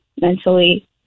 mentally